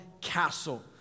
castle